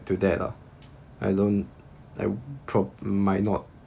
to that lah I don't I prob~ might not